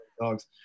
dogs